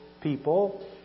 people